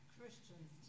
Christians